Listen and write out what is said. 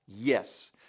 Yes